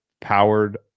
powered